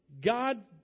God